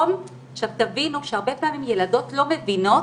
תבינו שהרבה פעמים ילדות לא מבינות